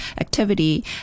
activity